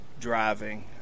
Driving